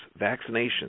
vaccinations